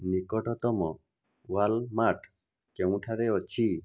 ନିକଟତମ ୱାଲମାର୍ଟ କେଉଁଠାରେ ଅଛି